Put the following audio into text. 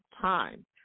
time